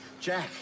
Jack